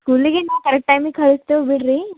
ಸ್ಕೂಲಿಗೆ ನಾವು ಕರೆಕ್ಟ್ ಟೈಮಿಗೆ ಕಳ್ಸ್ತೇವೆ ಬಿಡಿರಿ